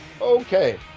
okay